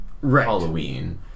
Halloween